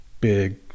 big